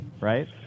right